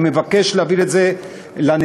אני מבקש להעביר את זה לנשיאות.